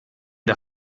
der